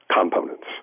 components